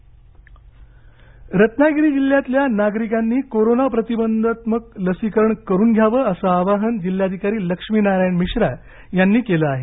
रत्नागिरी रत्नागिरी जिल्ह्यातल्या नागरिकांनी करोनाप्रतिबंधक लसीकरण करून घ्यावं असं आवाहन जिल्हाधिकारी लक्ष्मीनारायण मिश्रा यांनी केलं आहे